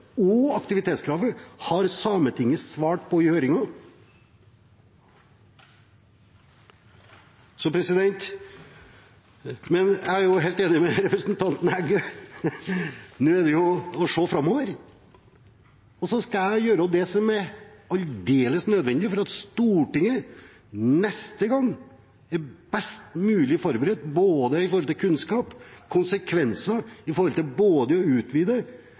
og aktivitetskravet, har Sametinget svart på det i høringen. Men jeg er jo helt enig med representanten Heggø: Nå gjelder det å se framover. Jeg skal gjøre det som er aldeles nødvendig for at Stortinget neste gang er best mulig forberedt, når det gjelder både kunnskap og konsekvenser knyttet til både å utvide